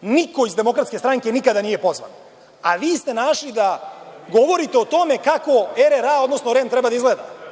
Niko iz DS nikada nije pozvan, a vi ste našli da govorite o tome kako RRA, odnosno REM treba da izgleda.